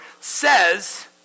says